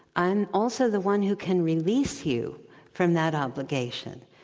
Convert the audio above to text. i'm also the one who can release you from that obligation.